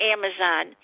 Amazon